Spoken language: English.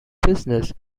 business